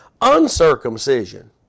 uncircumcision